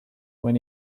when